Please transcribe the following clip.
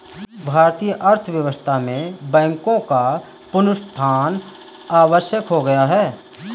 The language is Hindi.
भारतीय अर्थव्यवस्था में बैंकों का पुनरुत्थान आवश्यक हो गया है